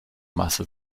masse